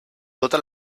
tota